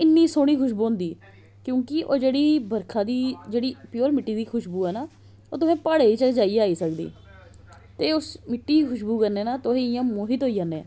इन्नी सोहनी खुश्बू होंदी क्योंकि ओह् जेहड़ी बर्खा दी जेहड़ी प्यूर मिट्टी दी खश्बो है ना ओह् तुसें प्हाडे़ं च गै जाइयै आई सकदी ते उस मिट्टी दी खशबू कन्नै ना तुस इयां मोहित होई जन्ने